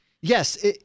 Yes